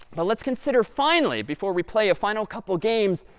but let's consider finally, before we play a final couple of games.